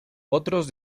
otros